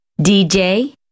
DJ